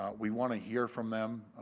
we want to hear from them.